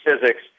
physics